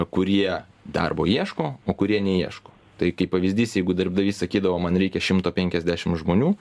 kurie darbo ieško o kurie neieško tai kaip pavyzdys jeigu darbdavys sakydavo man reikia šimto penkiasdešim žmonių